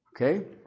Okay